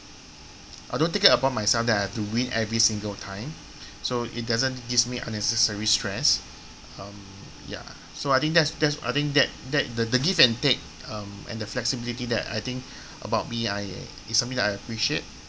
I don't take it upon myself that I have to win every single time so it doesn't gives me unnecessary stress um ya so I think that's that's I think that that the the give and take um and the flexibility that I think about me I is something that I appreciate